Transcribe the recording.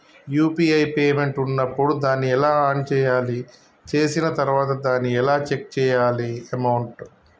UPI payment ఉన్నప్పుడు దాన్ని ఎలా ఆన్ చేయాలి? చేసిన తర్వాత దాన్ని ఎలా చెక్ చేయాలి అమౌంట్?